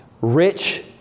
rich